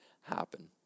happen